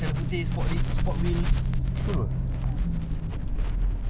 fishing is a very expensive play it's almost the same as bicycle